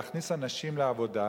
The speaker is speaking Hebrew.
להכניס אנשים לעבודה?